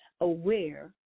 aware